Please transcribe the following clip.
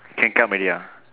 can come already ah